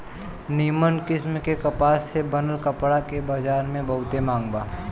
निमन किस्म के कपास से बनल कपड़ा के बजार में बहुते मांग बा